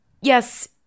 yes